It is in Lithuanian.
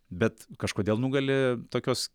bet kažkodėl nugali tokios